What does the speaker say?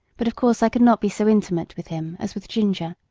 but of course i could not be so intimate with him as with ginger,